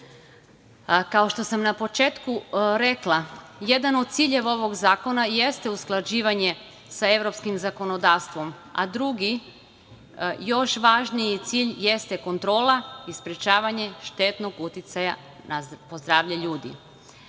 što sam na početku rekla, jedan od ciljeva ovog zakona jeste usklađivanje sa evropskim zakonodavstvom, a drugi još važniji cilj jeste kontrola i sprečavanje štetnog uticaja po zdravlje ljudi. Kao